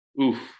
Oof